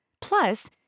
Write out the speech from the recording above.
Plus